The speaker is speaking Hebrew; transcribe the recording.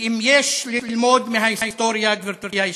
כי אם יש ללמוד מההיסטוריה, גברתי היושבת-ראש.